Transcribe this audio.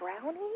brownie